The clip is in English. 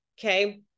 Okay